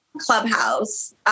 Clubhouse